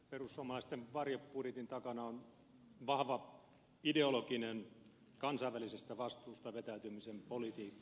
perussuomalaisten varjobudjetin takana on vahva ideologinen kansainvälisestä vastuusta vetäytymisen politiikka